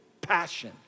passion